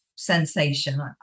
sensation